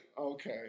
Okay